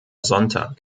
sonntag